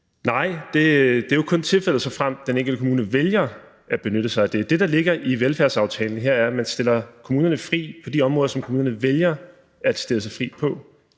Nej, det er jo kun tilfældet, såfremt den enkelte kommune vælger at benytte sig af det. Det, der ligger i velfærdsaftalen her, er, at man stiller kommunerne fri på de områder, som kommunerne vælger at stille sig fri på.